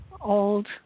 old